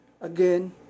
Again